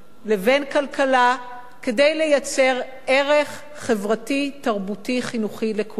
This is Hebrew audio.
לבין כלכלה כדי לייצר ערך חברתי תרבותי חינוכי לכולנו.